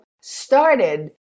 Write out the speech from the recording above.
started